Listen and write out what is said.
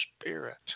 spirit